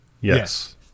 yes